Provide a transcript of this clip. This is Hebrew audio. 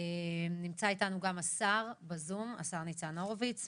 נמצא איתנו בזום השר ניצן הורוביץ.